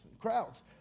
crowds